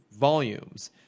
volumes –